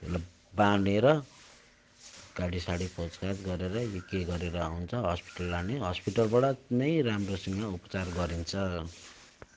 त्यसलाई बाँधेर गाडीसाडी खोजखाज गरेर कि के गरेर हुन्छ हस्पिटल लाने हस्पिटलबआट नै राम्रोसँग उपचार गरिन्छ